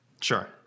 Sure